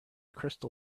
crystal